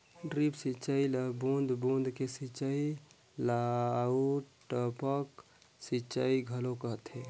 drip सिंचई ल बूंद बूंद के सिंचई आऊ टपक सिंचई घलो कहथे